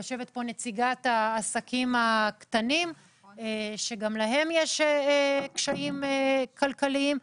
יושבת כאן נציגת העסקים הקטנים שגם להם יש קשיים כלכליים.